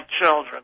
children